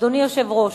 אדוני היושב-ראש,